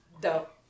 dope